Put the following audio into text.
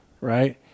right